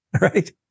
right